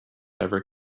ever